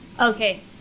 Okay